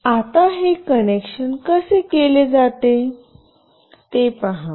आता हे कनेक्शन कसे केले जाते ते पहा